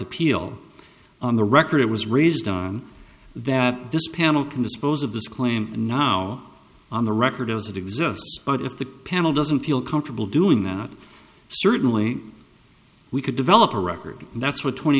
appeal on the record it was raised on that this panel can dispose of this claim and now on the record as it exists but if the panel doesn't feel comfortable doing that certainly we could develop a record and that's what twenty